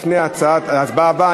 לפני ההצבעה הבאה,